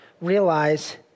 realize